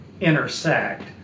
intersect